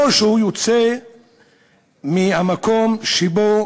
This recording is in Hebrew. לא כשהוא יוצא מהמקום שבו